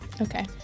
okay